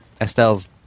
Estelle's